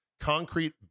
concrete